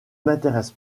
m’intéresse